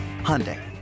Hyundai